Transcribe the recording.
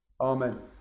Amen